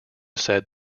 said